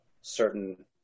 certain